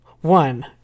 One